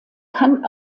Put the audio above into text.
kann